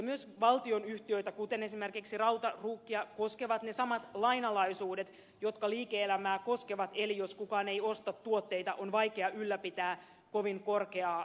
myös valtionyhtiöitä kuten esimerkiksi rautaruukkia koskevat ne samat lainalaisuudet jotka liike elämää koskevat eli jos kukaan ei osta tuotteita on vaikea ylläpitää kovin korkeaa työllisyyttä